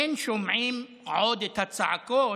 אין שומעים / עוד את הצעדות.